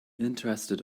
interested